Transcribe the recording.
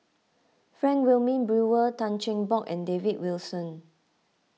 Frank Wilmin Brewer Tan Cheng Bock and David Wilson